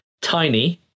Tiny